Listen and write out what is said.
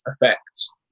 effects